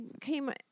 came